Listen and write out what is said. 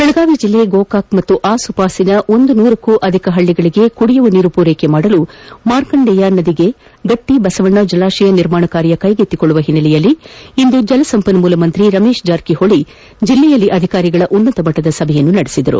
ಬೆಳಗಾವಿ ಜಿಲ್ಲೆ ಗೋಕಾಕ್ ಹಾಗೂ ಆಸುಪಾಸಿನ ನೂರಕ್ಕೂ ಅಧಿಕ ಹಳ್ಳಿಗಳಿಗೆ ಕುಡಿಯುವ ನೀರು ಪೂರ್ವೆಸಲು ಮಾರ್ಕಂಡೇಯ ನದಿಗೆ ಗಟ್ಟಿ ಬಸವಣ್ಣ ಜಲಾಶಯ ನಿರ್ಮಾಣ ಕಾರ್ಯ ಕೈಗೆತ್ತಿಕೊಳ್ಳುವ ಹಿನ್ನಲೆಯಲ್ಲಿ ಇಂದು ಜಲಸಂಪನ್ಮೂಲ ಸಚಿವ ರಮೇಶ ಜಾರಕಿಹೊಳಿ ಜಿಲ್ಲೆಯಲ್ಲಿ ಅಧಿಕಾರಿಗಳ ಉನ್ನತಮಟ್ಟದ ಸಭೆ ನಡೆಸಿದರು